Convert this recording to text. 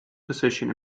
position